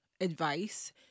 advice